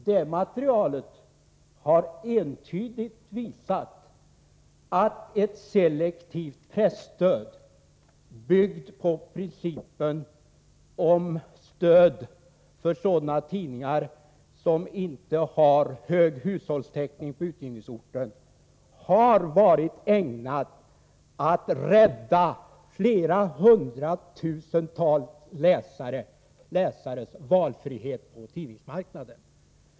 Det materialet har entydigt visat att ett selektivt presstöd, byggt på principen om stöd för sådana tidningar som inte har hög hushållstäckning på utgivningsorten, har varit ägnat att rädda flera hundratusental läsares valfrihet på tidningsmarknaden.